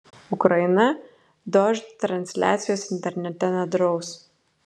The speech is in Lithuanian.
ukraina dožd transliacijos internete nedraus